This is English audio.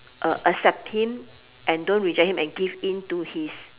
uh accept him and don't reject him and give in to his